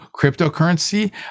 cryptocurrency